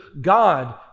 God